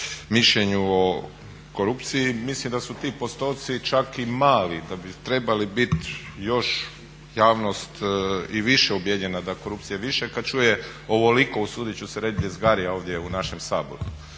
mišljenju o korupciji, mislim da su ti postotci čak i mali, da bi trebali biti još javnost i više … da je korupcije više kad čuje ovoliko usudit ću se reći bljezgarija ovdje u našem Saboru.